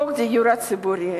חוק הדיור הציבורי.